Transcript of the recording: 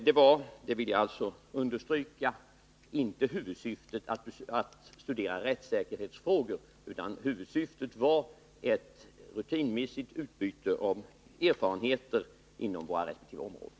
Jag vill alltså understryka att huvudsyftet inte var att studera rättssäkerhetsfrågor, utan huvudsyftet var att få ett rutinmässigt utbyte av erfarenheter inom våra rättsliga områden,